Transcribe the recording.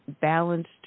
balanced